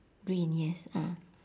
green yes ah